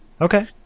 okay